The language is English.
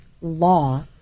law